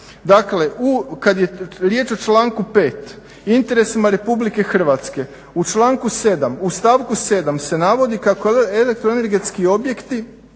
Dakle, kad je riječ o članku 5. i interesima Republike Hrvatske u članku 7. u stavku 7. se navodi kako elektro energetski objekti